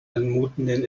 anmutenden